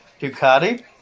Ducati